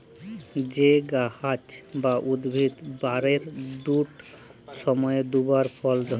যে গাহাচ বা উদ্ভিদ বারের দুট সময়ে দুবার ফল ধ্যরে